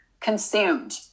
consumed